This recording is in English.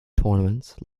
tournaments